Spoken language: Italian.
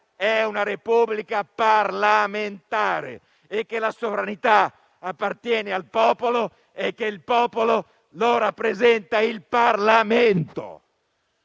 è una Repubblica parlamentare e che la sovranità appartiene al popolo, che è rappresentato dal Parlamento.